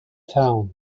town